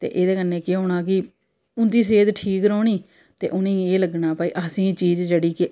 एहदे कन्नै केह् होना कि उं'दी सेह्त ठीक रौह्नी ते उ'नें गी एह् लग्गना भाई असें चीज जेहड़ी के